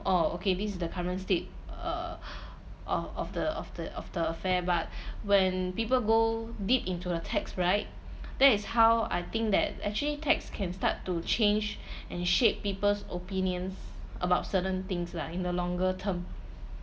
oh okay this is the current state err of of the of the of the affair but when people go deep into the text right that is how I think that actually text can start to change and shape people's opinions about certain things lah in the longer term